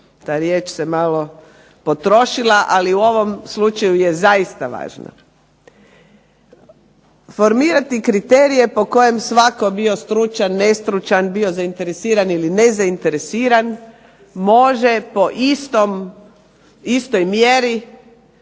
ta riječ se malo potrošila, ali u ovom slučaju je zaista važna. Formirati kriterije po kojem svatko bio stručan, nestručan, bio zainteresiran ili nezainteresiran, može po istoj mjeri,